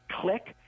Click